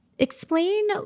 Explain